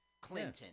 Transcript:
Clinton